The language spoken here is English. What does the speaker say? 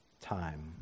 time